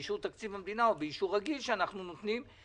באישור תקציב המדינה או באישור רגיל שאנחנו נותנים,